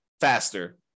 faster